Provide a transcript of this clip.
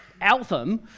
Altham